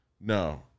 no